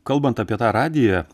kalbant apie tą radiją